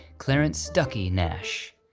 clarence ducky nash.